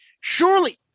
Surely